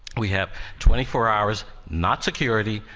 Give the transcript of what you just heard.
we have twenty four hours, not security,